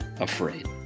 afraid